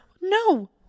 no